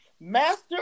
Master